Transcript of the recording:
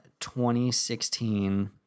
2016